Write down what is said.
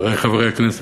חברי חברי הכנסת,